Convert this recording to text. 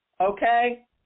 Okay